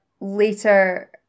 later